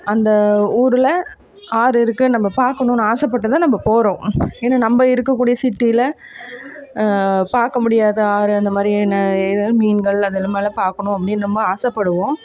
அந்த ஊரில் ஆறு இருக்குது நம்ம பார்க்கணுனு ஆசைப்பட்டுதான் நம்ம போகிறோம் ஏன்னா நம்ம இருக்கக்கூடிய சிட்டியில் பார்க்கமுடியாத ஆறு அந்தமாதிரி ந எதுனா மீன்கள் அந்த இந்தமாதிரிலாம் பார்க்கணும் அப்படின்னு நம்ம ஆசைப்படுவோம்